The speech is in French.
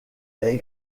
est